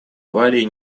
аварии